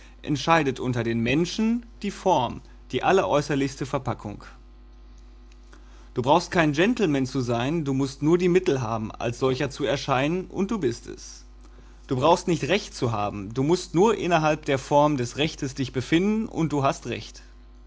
entscheidet unter den menschen die form die alleräußerlichste verpackung du brauchst kein gentleman zu sein du mußt nur die mittel haben als solcher zu erscheinen und du bist es du brauchst nicht recht zu haben du mußt nur innerhalb der formen des rechtes dich befinden und du hast recht